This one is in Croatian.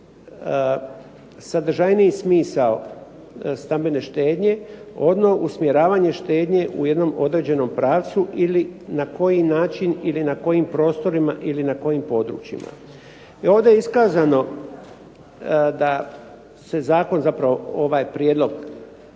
sadržajniji smisao stambene štednje, ono usmjeravanje štednje u jednom određenom pravcu ili na koji način ili na kojim prostorima ili na kojim područjima. I ovdje je iskazano da se zakon, zapravo ovaj prijedlog